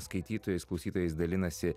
skaitytojais klausytojais dalinasi